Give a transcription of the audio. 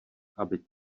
aby